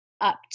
up